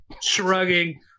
shrugging